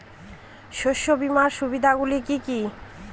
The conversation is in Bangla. শস্য বিমার সুবিধাগুলি কি কি?